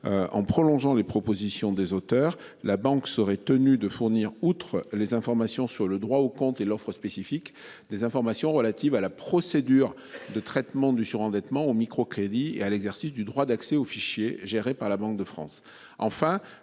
En prolongeant les propositions des auteurs. La banque seraient tenus de fournir, outre les informations sur le droit au compte et l'offre spécifique. Des informations relatives à la procédure de traitement du surendettement au micro-crédit et à l'exercice du droit d'accès aux fichiers gérés par la Banque de France,